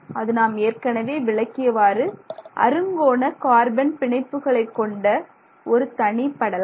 அது நாம் ஏற்கனவே விளக்கியவாறு அருங்கோண கார்பன் பிணைப்புகளைக்கொண்ட ஒரு தனி படலம்